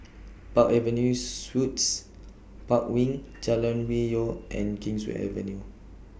Park Avenue Suites Park Wing Jalan Hwi Yoh and Kingswear Avenue